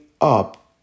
up